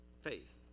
faith